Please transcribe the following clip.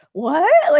what?